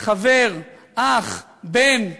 חבר, אח, בן,